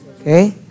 Okay